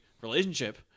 relationship